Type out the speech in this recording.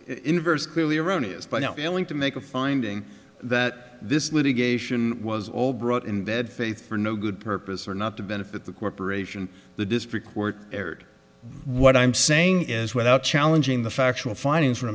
universe clearly erroneous by not willing to make a finding that this litigation was all brought in bed faith for no good purpose or not to benefit the corporation the district court erred what i'm saying is without challenging the factual findings